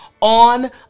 on